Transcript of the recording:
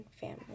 family